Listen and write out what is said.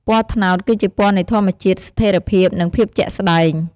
ពណ៌ត្នោត គឺជាពណ៌នៃ ធម្មជាតិ ស្ថេរភាព និង ភាពជាក់ស្តែង។